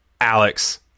Alex